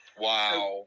Wow